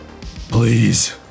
Please